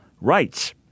rights